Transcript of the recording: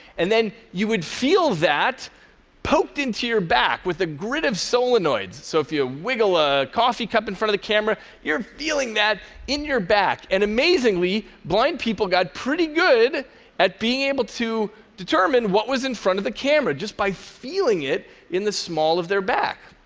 and then you would feel that poked into your back with a grid of solenoids. so if you ah wiggle a coffee cup in front of the camera, you're feeling that in your back, and amazingly, blind people got pretty good at being able to determine what was in front of the camera just by feeling it in the small of their back.